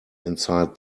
inside